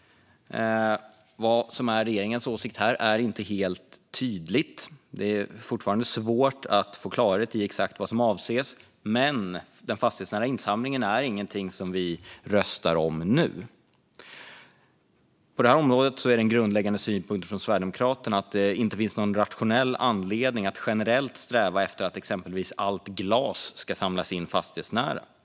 Vad som är regeringens åsikt här är inte helt tydligt. Det är fortfarande svårt att få klarhet i exakt vad som avses. Men den fastighetsnära insamlingen är ingenting som vi röstar om nu. En grundläggande synpunkt från Sverigedemokraterna på detta område är att det inte finns någon rationell anledning att generellt sträva efter att exempelvis allt glas ska samlas in fastighetsnära.